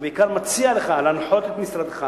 ובעיקר מציע לך, להנחות את משרדך